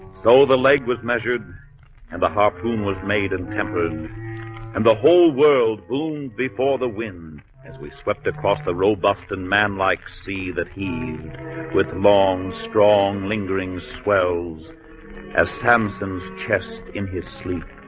so the leg was measured and the harpoon was made and tempered and the whole world fooled before the wind as we swept across the robust and man-like see that healed with long strong lingering swells as samson's chest in his sleep